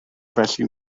felly